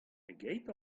pegeit